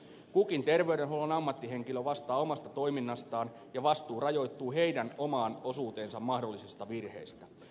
kukin terveydenhuollon ammattihenkilö vastaa omasta toiminnastaan ja vastuu rajoittuu heidän omaan osuuteensa mahdollisista virheistä